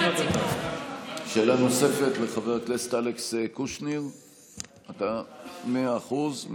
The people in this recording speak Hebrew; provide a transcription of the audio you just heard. שאלה נוספת לחבר הכנסת אלכס קושניר מאה אחוז,